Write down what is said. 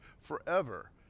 forever